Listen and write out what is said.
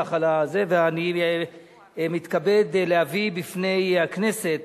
אני מתכבד להביא בפני הכנסת